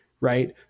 right